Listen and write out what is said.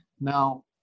Now